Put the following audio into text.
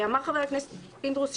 אמר חבר הכנסת פינדרוס,